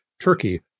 Turkey